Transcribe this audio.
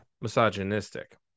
misogynistic